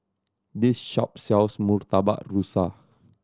this shop sells Murtabak Rusa